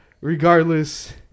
Regardless